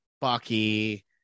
Bucky